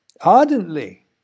ardently